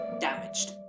damaged